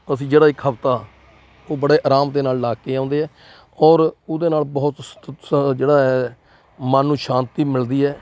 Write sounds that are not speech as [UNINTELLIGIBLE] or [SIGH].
ਅਸੀਂ ਜਿਹੜਾ ਇੱਕ ਹਫ਼ਤਾ ਉਹ ਬੜੇ ਆਰਾਮ ਦੇ ਨਾਲ ਲਾ ਕੇ ਆਉਂਦੇ ਹੈ ਔਰ ਉਹਦੇ ਨਾਲ ਬਹੁਤ [UNINTELLIGIBLE] ਜਿਹੜਾ ਹੈ ਮਨ ਨੂੰ ਸ਼ਾਂਤੀ ਮਿਲਦੀ ਹੈ